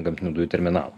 gamtinių dujų terminalą